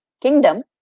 kingdom